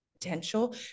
potential